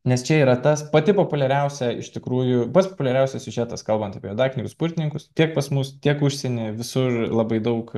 nes čia yra tas pati populiariausia iš tikrųjų pats populiariausias siužetas kalbant apie juodaknygius burtininkus tiek pas mus tiek užsienyje visur labai daug